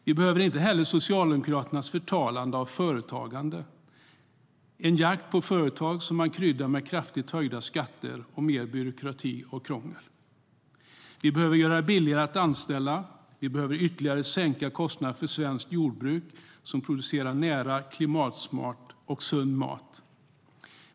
Vi behöver inte heller Socialdemokraternas förtal av företagande - en jakt på företag som man kryddar med kraftigt höjda skatter och mer byråkrati och krångel. Vi behöver göra det billigare att anställa. Vi behöver ytterligare sänka kostnaderna för svenskt jordbruk som producerar nära, klimatsmart och sund mat.